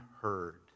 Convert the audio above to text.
heard